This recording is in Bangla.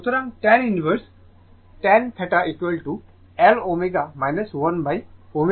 সুতরাংtan ইনভার্স tan θL ω 1ω CR